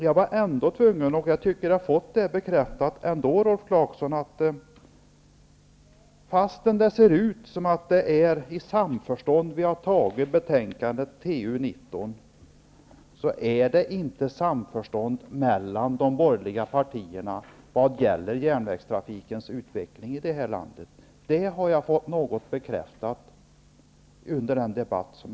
Jag tycker att jag ändå har fått bekräftat, Rolf Clarkson, att fastän det ser ut som om utskottet har nått samförstånd i betänkande TU19, råder det ändå inte något samförstånd mellan de borgerliga partierna när det gäller utvecklingen av järnvägstrafiken i det här landet. Det har jag fått bekräftat under debatten.